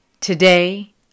Today